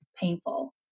painful